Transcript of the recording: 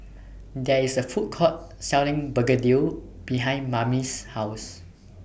There IS A Food Court Selling Begedil behind Mamie's House